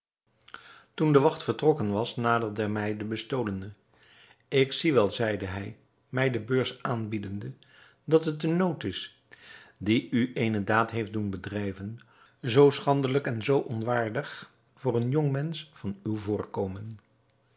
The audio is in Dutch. toen de wacht vertrokken was naderde mij de bestolene ik zie wel zeide hij mij de beurs aanbiedende dat het de nood is die u eene daad heeft doen bedrijven zoo schandelijk en zoo onwaardig voor een jongmensch van uw voorkomen